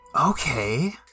Okay